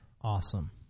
awesome